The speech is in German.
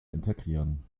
integrieren